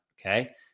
okay